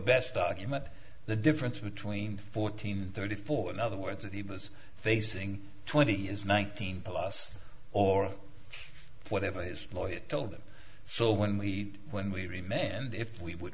best argument the difference between fourteen thirty four in other words that he was facing twenty years nineteen plus or whatever his lawyer told him so when we when we remained if we would